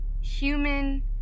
human